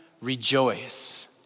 Rejoice